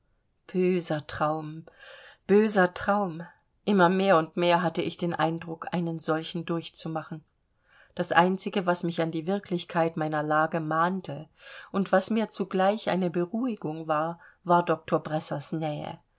böser traum böser traum immer mehr und mehr hatte ich den eindruck einen solchen durchzumachen das einzige was mich an die wirklichkeit meiner lage mahnte und was mir zugleich eine beruhigung war war doktor bressers nähe